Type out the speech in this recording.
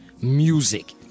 music